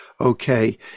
okay